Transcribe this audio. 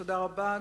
תודה רבה.